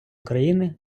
україни